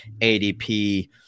ADP